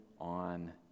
on